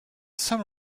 some